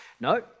No